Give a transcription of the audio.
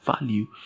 value